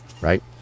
Right